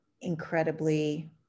incredibly